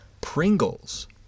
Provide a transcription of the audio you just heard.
Pringles